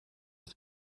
het